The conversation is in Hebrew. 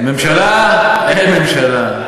הממשלה, אין ממשלה.